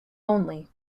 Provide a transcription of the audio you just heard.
only